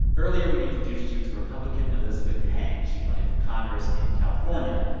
earlier, we introduced you to republican elizabeth heng. she's running for congress in california.